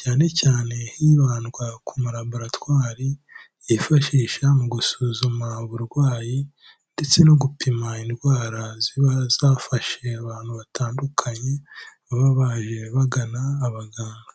cyane cyane hibandwa ku ma laboratwari yifashisha mu gusuzuma uburwayi ndetse no gupima indwara ziba zafashe abantu batandukanye baba baje bagana abaganga.